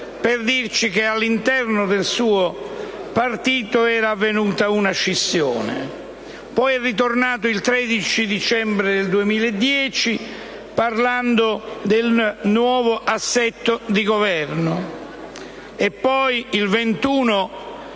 per dirci che all'interno del suo partito era avvenuta una scissione; poi è tornato ancora il 13 dicembre 2010 parlando del nuovo assetto di Governo e, infine, il 21